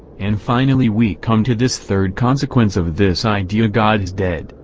and finally we come to this third consequence of this idea god is dead,